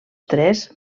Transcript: tres